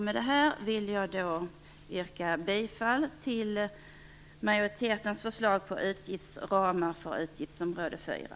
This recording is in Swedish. Med det anförda vill jag yrka bifall till majoritetens förslag till utgiftsramar under utgiftsområde 4.